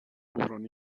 بحران